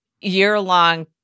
year-long